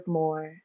more